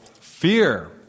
Fear